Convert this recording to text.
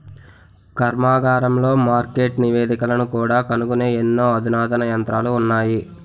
కర్మాగారాలలో మార్కెట్ నివేదికలను కూడా కనుగొనే ఎన్నో అధునాతన యంత్రాలు ఉన్నాయి